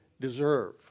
deserve